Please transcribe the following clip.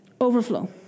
Overflow